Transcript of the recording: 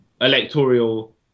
electoral